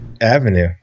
avenue